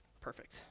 Perfect